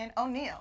O'Neill